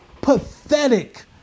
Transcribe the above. pathetic